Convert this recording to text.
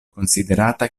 konsiderata